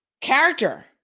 character